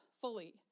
fully